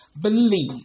believe